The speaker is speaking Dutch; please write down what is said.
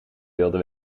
wilde